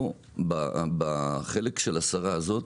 פה עם שרת התחבורה הזו,